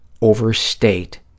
overstate